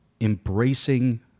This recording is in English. embracing